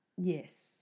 Yes